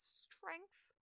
strength